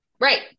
Right